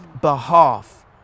behalf